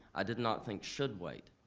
i did not think should wait.